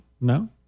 No